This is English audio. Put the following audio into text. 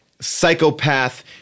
psychopath